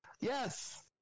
Yes